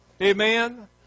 Amen